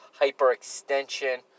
hyperextension